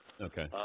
Okay